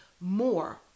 more